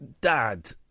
dad